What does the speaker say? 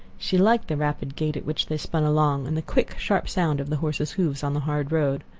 she liked the rapid gait at which they spun along, and the quick, sharp sound of the horses' hoofs on the hard road.